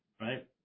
right